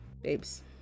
Babes